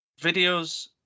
videos